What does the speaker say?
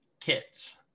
kits